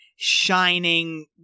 shining